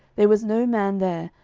there was no man there,